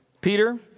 Peter